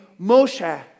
Moshe